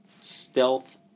stealth